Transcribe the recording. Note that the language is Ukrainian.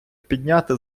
підняти